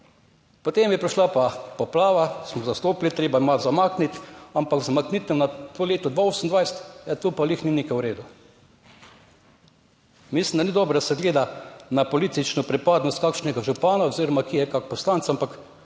potem je prišla pa poplava, smo zastopili, treba je malo zamakniti, ampak zamakniti na to leto 2028, ja, to pa lahko ni glih nekaj v redu. Mislim, da ni dobro, da se gleda na politično pripadnost kakšnega župana oziroma kje je kak poslanec, ampak